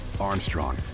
Armstrong